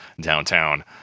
downtown